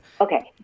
Okay